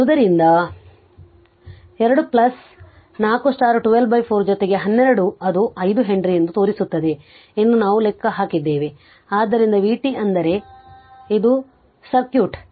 ಆದ್ದರಿಂದ 2 ಪ್ಲಸ್ 4 124 ಜೊತೆಗೆ ಹನ್ನೆರಡು ಅದು 5 ಹೆನ್ರಿ ಎಂದು ತೋರಿಸುತ್ತದೆ ಎಂದು ನಾವು ಲೆಕ್ಕ ಹಾಕಿದ್ದೇವೆ ಆದ್ದರಿಂದ vt ಅಂದರೆ ಇದು ಸರ್ಕ್ಯೂಟ್